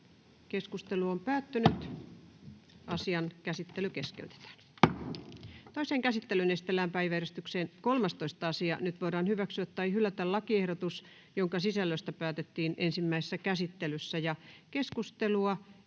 annetun lain muuttamisesta Time: N/A Content: Toiseen käsittelyyn esitellään päiväjärjestyksen 9. asia. Nyt voidaan hyväksyä tai hylätä lakiehdotus, jonka sisällöstä päätettiin ensimmäisessä käsittelyssä. Keskustelu